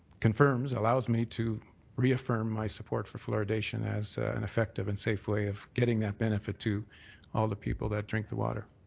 confirms, allows, me to reaffirm my support for fluoridation as an effective and safe way of getting that benefit to all the people that drink the water.